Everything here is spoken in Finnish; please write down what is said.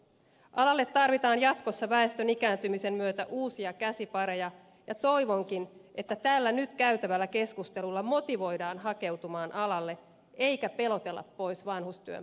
alalle tarvitaan jatkossa väestön ikääntymisen myötä uusia käsipareja ja toivonkin että tällä nyt käytävällä keskustelulla motivoidaan hakeutumaan alalle eikä pelotella pois vanhustyön parista